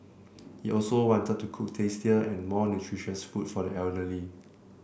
he also wanted to cook tastier and more nutritious food for the elderly